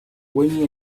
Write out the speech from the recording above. when